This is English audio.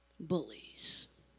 Bullies